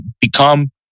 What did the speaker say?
become